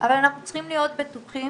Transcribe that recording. אבל אנחנו צריכים להיות בטוחים